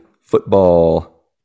football